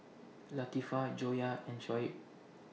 Latifa Joyah and Shoaib